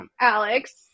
Alex